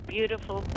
Beautiful